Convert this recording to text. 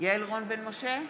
יעל רון בן משה,